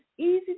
easy